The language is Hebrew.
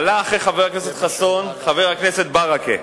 הלך חבר הכנסת חסון ובא חבר הכנסת ברכה,